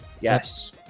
Yes